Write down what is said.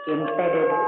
Embedded